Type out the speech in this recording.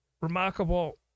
remarkable